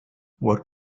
what